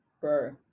Bro